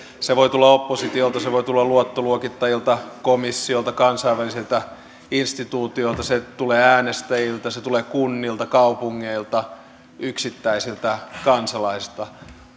se voi tulla oppositiolta se voi tulla luottoluokittajilta komissiolta kansainvälisiltä instituutioilta se tulee äänestäjiltä se tulee kunnilta kaupungeilta yksittäisiltä kansalaisilta